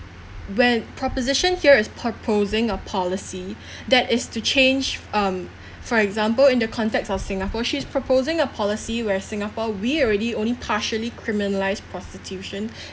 when proposition here is proposing a policy that is to change um for example in the context of singapore she's proposing a policy where singapore we already only partially criminalise prostitution